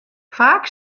faak